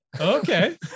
Okay